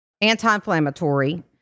anti-inflammatory